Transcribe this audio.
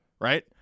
right